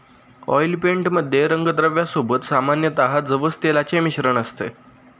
oil paint मध्ये रंगद्रव्या सोबत सामान्यतः जवस तेलाचे मिश्रण असते